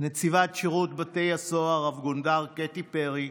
נציבת שירות בתי הסוהר רב-גונדר קטי פרי,